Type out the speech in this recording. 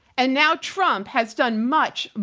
and now trump has done much,